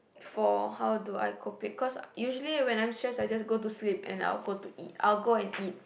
for how do I cope it cause usually when I'm stressed I just go to sleep and I'll go to eat I'll go and eat